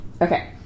Okay